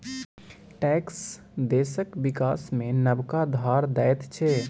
tax देशक बिकास मे नबका धार दैत छै